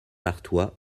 artois